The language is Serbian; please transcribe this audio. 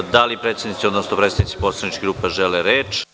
Da li predsednici odnosno predstavnici poslaničkih grupa žele reč?